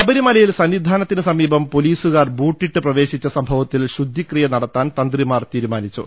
ശബരിമലയിൽ സന്നിധാനത്തിനു സമീപം പൊലീസുകാർ ബൂട്ടിട്ട് പ്രവേശിച്ച സംഭവത്തിൽ ശുദ്ധിക്രിയ നടത്താൻ തന്ത്രി മാർ നിർദേശിച്ചു